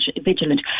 vigilant